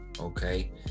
Okay